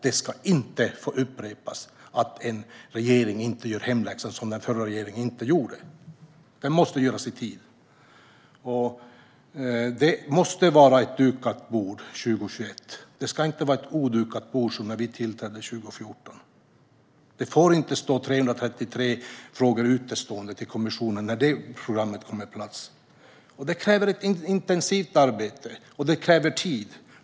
Det ska inte få upprepas att en regering, i likhet med den förra regeringen, inte gör hemläxan. Den måste göras i tid. År 2021 måste det vara ett dukat bord. Det får inte vara som när vi tillträdde 2014, det vill säga 333 utestående frågor till kommissionen, när det nya programmet kommer på plats. Detta kräver ett intensivt arbete, och det kräver tid.